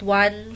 one